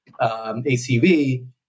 ACV